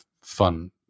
fun